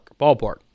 ballpark